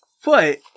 foot